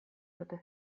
arte